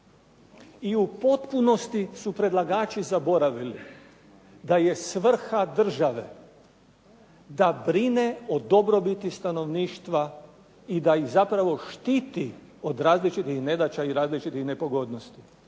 I u potpunosti su predlagači zaboravili da je svrha države da brine o dobrobiti stanovništva i da ih zapravo štiti od različitih nedaća i različitih nepogodnosti.